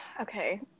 Okay